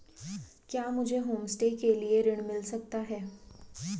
क्या मुझे होमस्टे के लिए ऋण मिल सकता है?